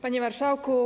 Panie Marszałku!